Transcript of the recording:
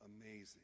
Amazing